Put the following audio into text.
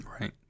Right